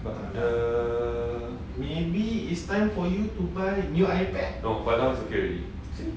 but the no but now it's okay already